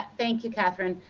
ah thank you, catherine.